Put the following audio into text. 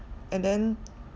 and then